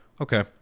Okay